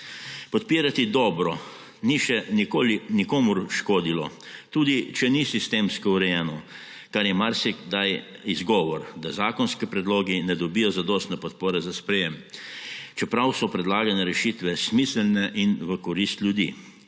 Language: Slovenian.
Podpirati dobro ni še nikoli nikomur škodilo, tudi če ni sistemsko urejeno, kar je marsikdaj izgovor, da zakonski predlogi ne dobijo zadostne podpore za sprejetje, čeprav so predlagane rešitve smiselne in v korist ljudi.